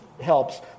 helps